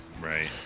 Right